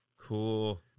Cool